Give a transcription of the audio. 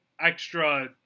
extra